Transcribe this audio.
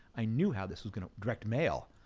i knew how this was gonna, direct mail.